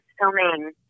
filming